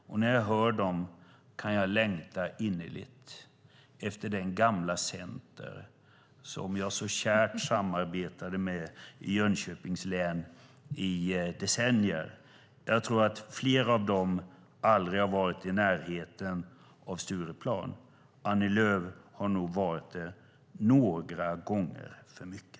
Och när jag hör dem kan jag längta innerligt efter det gamla Centern, som jag kärt samarbetade med i Jönköpings län i decennier. Flera av dem har nog aldrig varit i närheten av Stureplan. Annie Lööf har nog varit det några gånger för mycket.